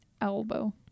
Elbow